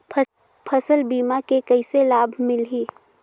फसल बीमा के कइसे लाभ मिलही?